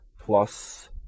plus